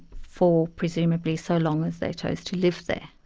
for presumably so long as they chose to live there.